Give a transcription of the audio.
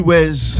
Wes